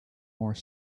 more